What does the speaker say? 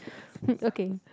um okay